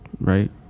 right